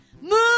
move